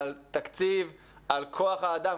על תקציב, על כוח האדם.